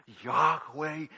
Yahweh